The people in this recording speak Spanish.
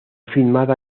filmada